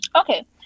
okay